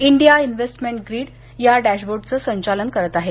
India investment grid या डॅशबोर्डच संचालन करत आहे